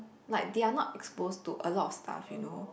like they are not exposed to a lot of stuff you know